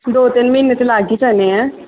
ਦੋ ਤਿੰਨ ਮਹੀਨੇ ਤਾਂ ਲੱਗ ਹੀ ਜਾਣੇ ਹੈ